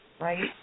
Right